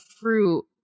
fruit